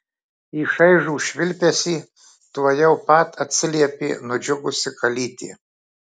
į šaižų švilpesį tuojau pat atsiliepė nudžiugusi kalytė